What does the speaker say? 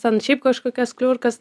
ten šiaip kažkokias kliurkas